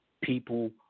people